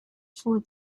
for